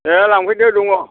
दे लांफैदो दङ